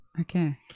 Okay